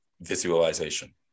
visualization